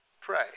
Pray